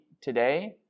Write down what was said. today